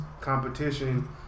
competition